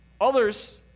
Others